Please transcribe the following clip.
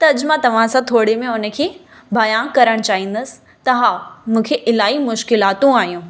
त अॼ मां तव्हां सां थोरे में उनके बयां करण चाहींदुसि त हा मूंखे इलाही मुश्किलातूं आहियूं